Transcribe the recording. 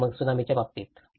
आणि मग त्सुनामीच्या बाबतीत